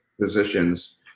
positions